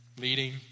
leading